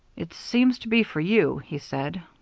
it seems to be for you, he said.